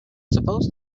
suppose